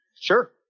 Sure